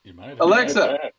Alexa